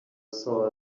saw